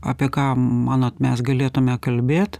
apie ką manot mes galėtume kalbėt